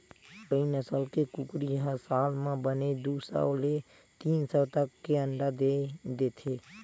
कइ नसल के कुकरी ह साल म बने दू सौ ले तीन सौ तक के अंडा दे देथे